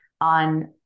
on